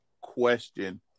question